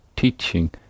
Teaching